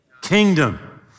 kingdom